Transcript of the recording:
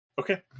okay